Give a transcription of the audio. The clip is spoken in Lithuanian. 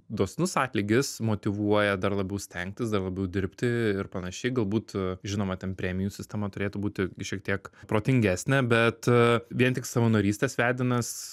dosnus atlygis motyvuoja dar labiau stengtis dar labiau dirbti ir panašiai galbūt žinoma ten premijų sistema turėtų būti šiek tiek protingesnė bet vien tik savanorystės vedinas